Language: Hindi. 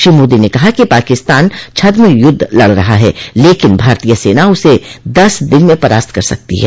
श्री मोदी ने कहा कि पाकिस्तान छद्म युद्ध लड़ रहा है लेकिन भारतीय सेना उसे दस दिन में परास्त कर सकती है